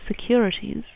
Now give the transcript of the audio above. securities